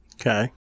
Okay